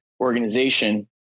organization